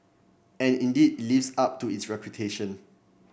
and indeed it lives up to its reputation